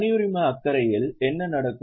தனியுரிம அக்கறையில் என்ன நடக்கும்